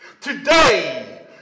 Today